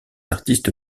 artiste